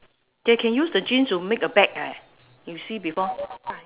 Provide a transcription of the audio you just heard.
they can use the jeans to make a bag eh you see before